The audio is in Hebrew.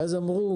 ואז אמרו,